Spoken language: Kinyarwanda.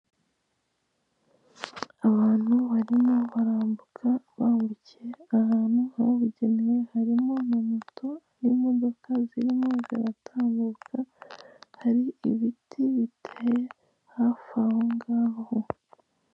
Abantu barimo barambuka bambukiye ahantu habugenewe, harimo na moto n'imodoka zirimo ziratambuka, hari ibiti biteye hafi aho ngaho.